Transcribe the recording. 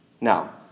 Now